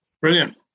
Brilliant